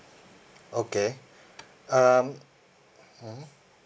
okay um hmm